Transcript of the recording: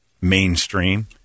mainstream